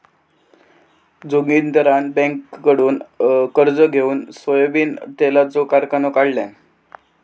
जोगिंदरान बँककडुन कर्ज घेउन सोयाबीन तेलाचो कारखानो काढल्यान